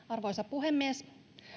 arvoisa puhemies